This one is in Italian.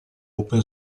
open